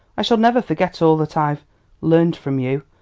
i shall never forget all that i've learned from you.